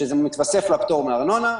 זה מתווסף לפטור מארנונה,